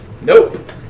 Nope